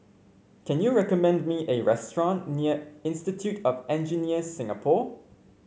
can you recommend me a restaurant near Institute of Engineers Singapore